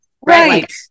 Right